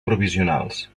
provisionals